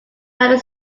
united